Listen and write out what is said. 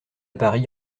paris